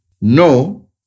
No